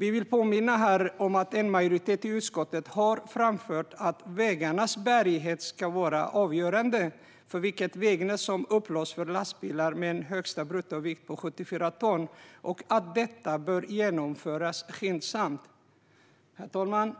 Vi vill påminna om att en majoritet i utskottet har framfört att vägarnas bärighet ska vara avgörande för vilket vägnät som upplåts för lastbilar med en högsta bruttovikt på 74 ton och att detta bör genomföras skyndsamt. Herr talman!